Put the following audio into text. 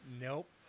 Nope